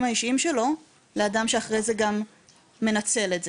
האישיים שלו לאדם שאחרי זה גם מנצל את זה?